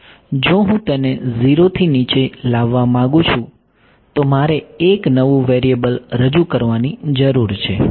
જો હું તેને 0 થી નીચે લાવવા માંગુ છું તો મારે એક નવું વેરીએબલ રજૂ કરવાની જરૂર છે